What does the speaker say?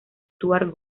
stuart